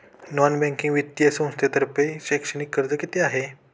Non banking वित्तीय संस्थांतर्फे शैक्षणिक कर्ज किती आहे?